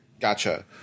Gotcha